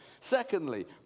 Secondly